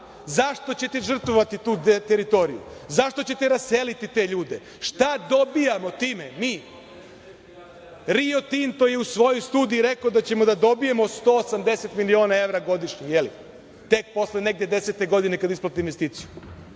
zašto ćete žrtvovati tu teritoriju, zašto ćete raseliti te ljude, šta dobijamo time mi, Rio Tinto je u svojoj studiji rekao da ćemo dobiti 180 miliona evra godišnje, tek posle desete godine kada isplate investiciju.